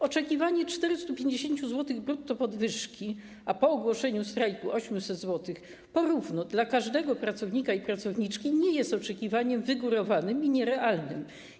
Oczekiwanie 450 zł brutto podwyżki, a po ogłoszeniu strajku 800 zł po równo dla każdego pracownika i pracowniczki nie jest oczekiwaniem wygórowanym i nierealnym.